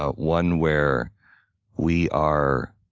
ah one where we are